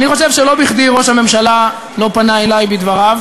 אני חושב שלא בכדי ראש הממשלה לא פנה אלי בדבריו,